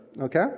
okay